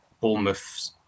Bournemouth